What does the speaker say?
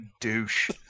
douche